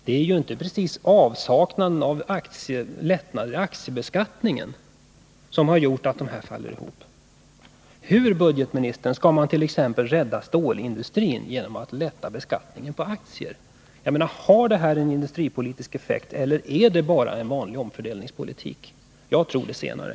Det är ju inte precis avsaknaden av lättnader i aktiebeskattningen som gjort att denna marknad faller ihop. Hur skall man kunna rädda stålindustrin genom att lätta beskattningen på aktier, budgetministern? Har detta förslag en industripolitisk effekt, eller är det bara vanlig omfördelningspolitik? Jag tror det senare.